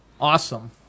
awesome